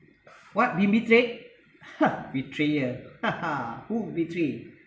what been betrayed !huh! betrayer ha ha who betray